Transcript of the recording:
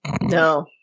No